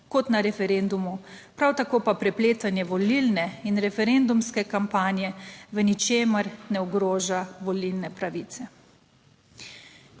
kot na referendumu. Prav tako pa prepletanje volilne in referendumske kampanje v ničemer ne ogroža volilne pravice.